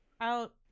out